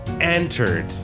entered